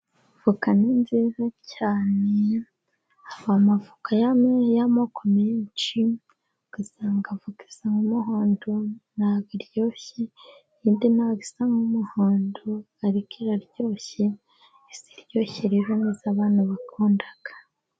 Voka ni nziza cyane, haba amavoka y'amoko menshi, ugasanga avoka isa n'umuhondo nta bwo iryoshye, indi nta bwo isa n'umuhondo ariko iraryoshye. Iziryoshye rero ni zo abantu bakunda.